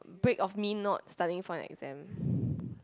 break of me not studying for an exam